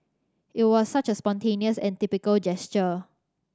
it was such a spontaneous and typical gesture